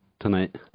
tonight